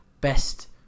Best